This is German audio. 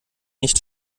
nicht